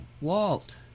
Walt